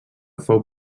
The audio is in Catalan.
fou